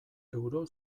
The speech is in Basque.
euro